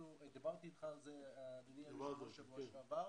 דיברתי אתך על זה אדוני היושב ראש בשבוע שעבר.